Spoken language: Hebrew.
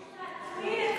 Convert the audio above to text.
צריך להטמין,